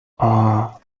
are